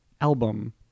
album